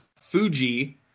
Fuji